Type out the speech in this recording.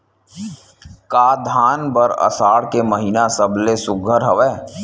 का धान बर आषाढ़ के महिना सबले सुघ्घर हवय?